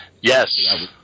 Yes